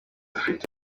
afite